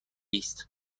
است